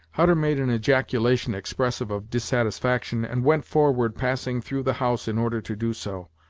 hutter made an ejaculation expressive of dissatisfaction, and went forward, passing through the house in order to do so.